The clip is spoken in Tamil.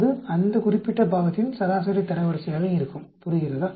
அது அந்த குறிப்பிட்ட பாகத்தின் சராசரி தரவரிசையாக இருக்கும் புரிகிறதா